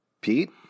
Pete